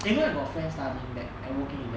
you know I got friend studying that and working in that